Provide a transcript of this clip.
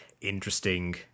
interesting